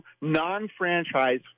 non-franchise